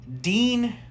Dean